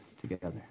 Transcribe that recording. together